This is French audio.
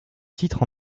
titre